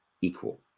equal